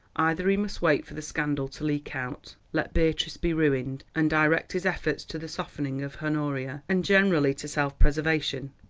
either he must wait for the scandal to leak out, let beatrice be ruined, and direct his efforts to the softening of honoria, and generally to self-preservation,